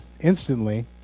instantly